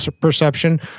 perception